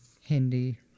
Hindi